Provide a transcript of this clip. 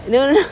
no no no